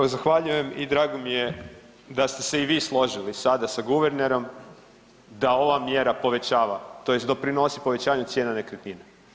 Evo zahvaljujem i drago mi je da ste se i vi složili sada sa guvernerom da ova mjera povećava tj. doprinosi povećanju cijena nekretnina.